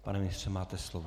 Pane ministře, máte slovo.